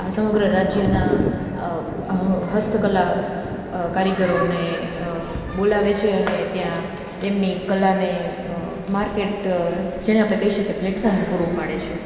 સમગ્ર રાજ્યના હસ્તકલા કારીગરોને બોલાવે છે ત્યાં તેમની કલાને માર્કેટ જેને આપણે કહી શકીએ કે પ્લેટફોર્મ પૂરું પાડે છે